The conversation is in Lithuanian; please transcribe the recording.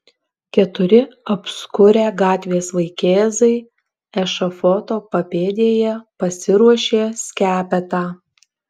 keturi apskurę gatvės vaikėzai ešafoto papėdėje pasiruošė skepetą